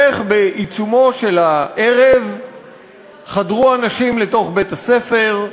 איך בעיצומו של הערב חדרו אנשים לתוך בית-הספר,